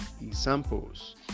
examples